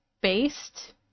based